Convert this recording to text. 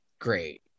great